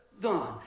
done